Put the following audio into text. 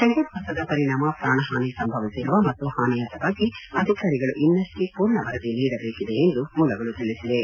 ಚಂಡಮಾರುತದ ಪರಿಣಾಮ ಪೂಣಹಾನಿ ಸಂಭವಿಸಿರುವ ಮತ್ತು ಹಾನಿಯಾದ ಬಗ್ಗೆ ಅಧಿಕಾರಿಗಳು ಇನ್ನಷ್ಷೇ ಪೂರ್ಣ ವರದಿ ನೀಡಬೇಕಿದೆ ಎಂದು ಮೂಲಗಳು ತಿಳಿಸಿವೆ